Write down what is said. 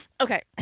Okay